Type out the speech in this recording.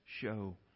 show